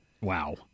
Wow